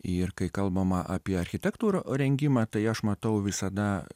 ir kai kalbama apie architektų rengimą tai aš matau visada